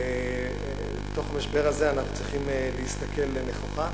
ואל תוך המשבר הזה אנחנו צריכים להסתכל נכוחה.